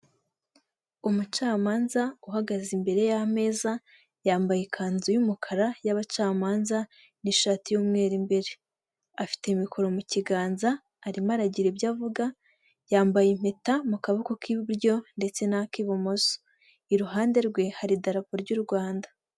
Umucamanza uhagaze imbere y'ameza yambaye ikanzu y'umukara y'abacamanza n'ishati y'umweru imbere, afite mikoro mu kiganza arimo aragira ibyo avuga yambaye impeta mu kaboko k'iburyo ndetse n'ak'ibumoso, iruhande rwe haridarapo ry'u Rwanda.